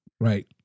Right